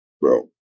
bro